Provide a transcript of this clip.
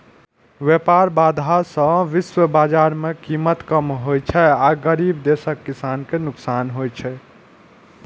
व्यापार बाधा सं विश्व बाजार मे कीमत कम होइ छै आ गरीब देशक किसान कें नुकसान होइ छै